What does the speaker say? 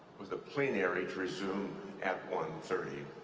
with the plenary to resume at one thirty.